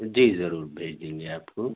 جی ضرور بھیج دیں گے آپ کو